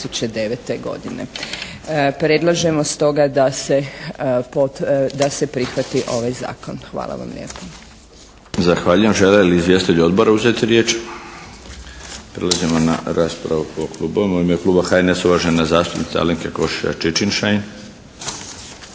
godine. Predlažemo stoga da se prihvati ovaj zakon. Hvala vam lijepo.